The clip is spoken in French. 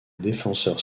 défenseur